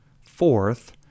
fourth